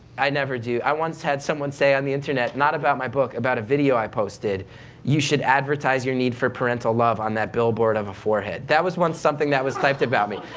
i never do. i once had someone say on the internet, not about my book, about a video i posted you should advertise your need for parental love on that billboard of a forehead. that was once something that was typed about me.